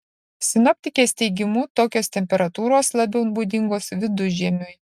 sinoptikės teigimu tokios temperatūros labiau būdingos vidužiemiui